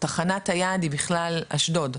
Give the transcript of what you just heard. תחנת היעד היא בכלל אשדוד.